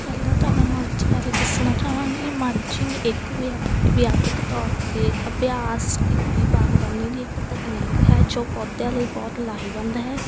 ਪਹਿਲਾਂ ਤਾਂ ਮੈਂ ਮੌਲਚ ਬਾਰੇ ਦੱਸਣਾ ਚਾਹਾਂਗੀ ਮਾਲਜਿੰਗ ਇੱਕ ਵਿਆ ਵਿਆਪਿਕ ਤੌਰ 'ਤੇ ਅਭਿਆਸ ਕੀਤੀ ਬਾਗ਼ਬਾਨੀ ਦੀ ਇੱਕ ਤਕਨੀਕ ਹੈ ਜੋ ਪੌਦਿਆਂ ਲਈ ਬਹੁਤ ਲਾਹੇਵੰਦ ਹੈ